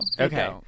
Okay